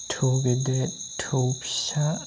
थौ गेदेद थौ फिसा